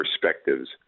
perspectives